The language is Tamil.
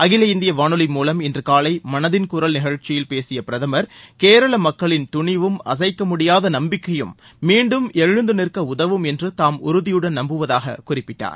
அகில இந்திய வானொலி மூலம் இன்று காலை மனதின் குரல் நிகழ்ச்சியில் பேசிய பிரதமர் கேரள மக்களின் துணிவும் அசைக்கமுடியாத நம்பிக்கையும் மீண்டும் எழுந்து நிற்க உதவும் என்று தாம உறுதியுடன் நம்புவதாக குறிப்பிட்டார்